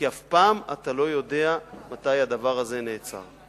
כי אף פעם אתה לא יודע מתי הדבר הזה נעצר.